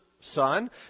son